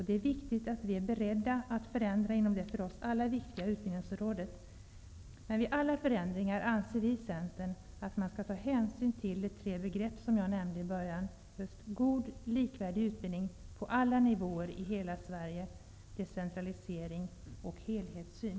Det är väsentligt att vi är beredda att förändra inom det för oss alla så viktiga utbildningsområdet. Vid alla förändringar anser emellertid vi i Centern att man skall ta hänsyn till de tre begrepp jag nämnde i början: God och likvärdig utbildning på alla nivåer i hela Sverige, decentralisering och helhetssyn.